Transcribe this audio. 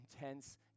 intense